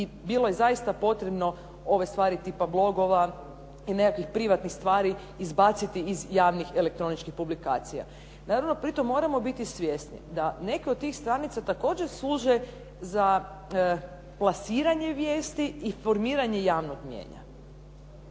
i bilo je zaista potrebno ove stvari tipa blogova i nekakvih privatnih stvari izbaciti iz javnih elektroničkih publikacija. Naravno, pri tom moramo biti svjesni da neke od tih stranica također služe za plasiranje vijesti i formiranje javnog mnijenja.